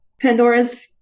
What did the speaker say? Pandora's